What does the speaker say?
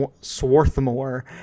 Swarthmore